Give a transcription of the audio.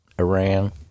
Iran